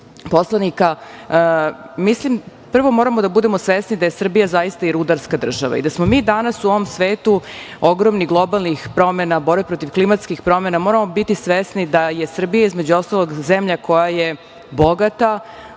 Mislim, prvo moramo da budemo svesni da je Srbija zaista i rudarska država i da smo mi danas u ovom svetu ogromnih globalnih promena, borbe protiv klimatskih promena, moramo biti svesni da je Srbija između ostalog zemlja koja je bogata